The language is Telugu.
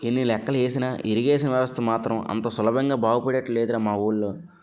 ఎన్ని లెక్కలు ఏసినా ఇరిగేషన్ వ్యవస్థ మాత్రం అంత సులభంగా బాగుపడేటట్లు లేదురా మా వూళ్ళో